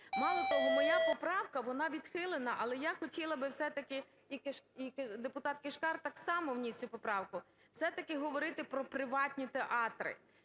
Мало того, моя поправка, вона відхилена, але я хотіла би все-таки, – і депутат Кишкар так само вніс цю поправку, – все-таки говорити про приватні театри.